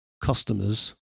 customers